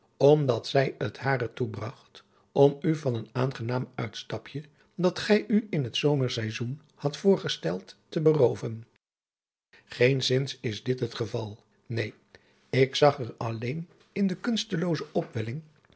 omdat zij het hare toebragt om u van een aangenaam uitstapje dat gij u in het zomersaizoen hadt voorgesteld te berooven geenszins is dit het geval neen ik zag er alleen in de kunstelooze opwelling